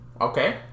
Okay